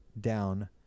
down